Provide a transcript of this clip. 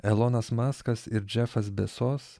elonas maskas ir džefas besos